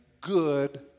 good